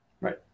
Right